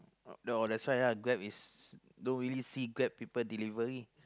oh that's why lah Grab is don't really see Grab people delivery